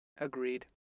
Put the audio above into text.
agreed